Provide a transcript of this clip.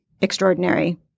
extraordinary